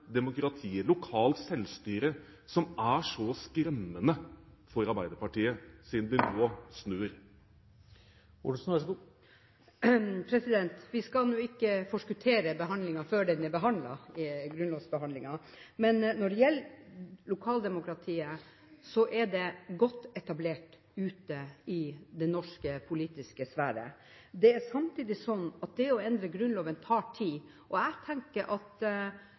demokratiet, lokalt selvstyre, som er så skremmende for Arbeiderpartiet, siden de nå snur? Vi skal nå ikke forskuttere grunnlovsbehandlingen. Men når det gjelder lokaldemokratiet, er det godt etablert ute i den norske politiske sfære. Det er samtidig sånn at det å endre Grunnloven tar tid, og å endre Grunnloven skal også ta tid. Vi skal være sikre på at